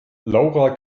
laura